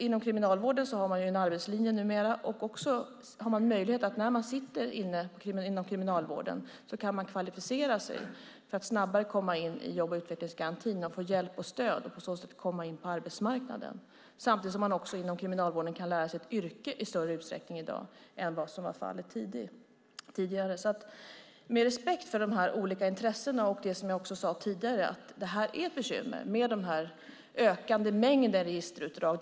Inom kriminalvården finns numera en arbetslinje, och när man befinner sig inom kriminalvården kan man kvalificera sig för att snabbare komma in i jobb och utvecklingsgarantin och få hjälp och stöd för att på så sätt komma in på arbetsmarknaden. Samtidigt kan man i dag inom kriminalvården i större utsträckning än vad som var fallet tidigare lära sig ett yrke. Med respekt för de olika intressena och det som jag sade tidigare är det ett bekymmer med den ökande mängden registerutdrag.